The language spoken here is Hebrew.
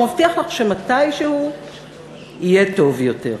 הוא מבטיח לך שמתישהו יהיה טוב יותר.